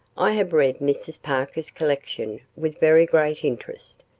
i have read mrs. parker's collection with very great interest,